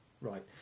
Right